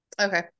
Okay